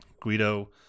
Guido